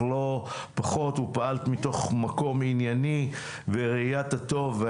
לא פחות ופעלת מתוך מקום ענייני וראיית הטוב.